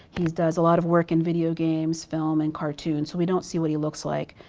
he does a lot of work in video games, film and cartoon so we don't see what he looks like.